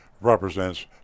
represents